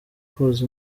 koza